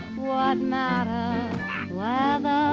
what matter whether